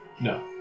No